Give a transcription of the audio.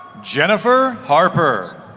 jennifer harper